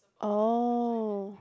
oh